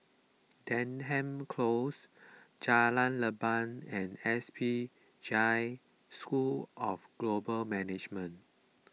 Denham Close Jalan Leban and S P Jain School of Global Management